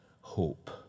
hope